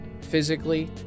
physically